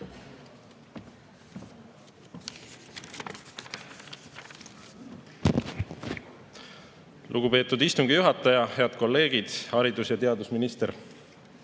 Lugupeetud istungi juhataja! Head kolleegid! Haridus- ja teadusminister!